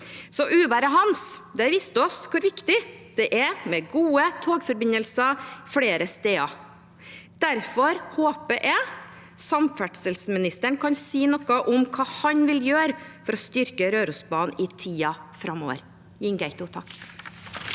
på. Uværet «Hans» viste oss hvor viktig det er å ha gode togforbindelser flere steder. Derfor håper jeg samferdselsministeren kan si noe om hva han vil gjøre for å styrke Rørosbanen i tiden framover.